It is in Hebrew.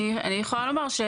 אני יכולה לומר,